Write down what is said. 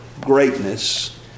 greatness